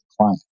client